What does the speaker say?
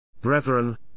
Brethren